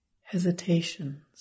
hesitations